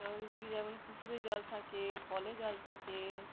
শহরের দিকে যেমন পুকুরে জল থাকে কলে জল থাকে